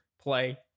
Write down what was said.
play